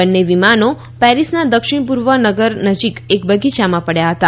બંને વિમાનો પેરિસના દક્ષિણ પૂર્વ નગર નજીક એક બગીચામાં પડ્યા હતા